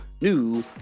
new